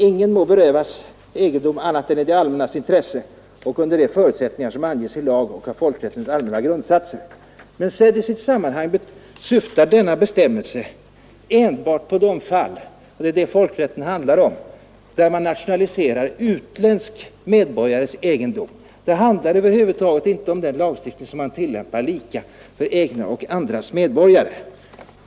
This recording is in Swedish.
Ingen må berövas egendom annat än i det allmännas intresse och under de förutsättningar som anges i lag och av folkrättens allmänna grundsatser.” Men sedd i sitt sammanhang syftar denna bestämmelse enbart på de fall — och det är det folkrätten handlar om — där man nationaliserar utländsk medborgares egendom. Det handlar över huvud taget inte om den lagstiftning som man tillämpar lika för egna och andras medborgare.